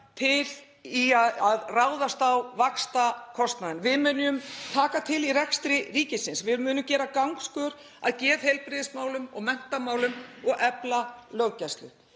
til við að ráðast á vaxtakostnaðinn. Við munum taka til í rekstri ríkisins. Við munum gera gangskör að geðheilbrigðismálum og menntamálum og efla löggæslu.